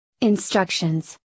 Instructions